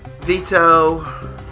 Veto